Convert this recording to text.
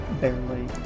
barely